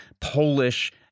Polish